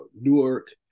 Newark